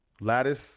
Lattice